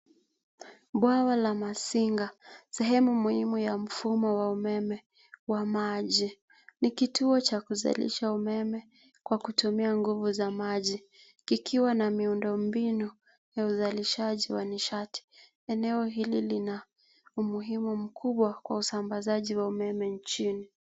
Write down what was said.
Bwawa la Masinga, sehemu muhimu ya mfumo wa umeme wa maji. Ni kituo cha kuzalisha umeme kwa kutumia nguvu za maji kikiwa na miundo mbinu ya uzalishaji wa nishati. Eneo hili lina umuhimu mkubwa kwa usambazaji wa umeme nchini.